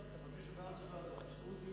בעד ועדה,